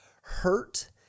Hurt